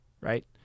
right